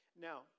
Now